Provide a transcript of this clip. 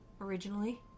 originally